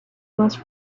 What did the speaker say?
most